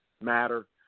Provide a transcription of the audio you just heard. matter